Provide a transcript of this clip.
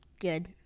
Good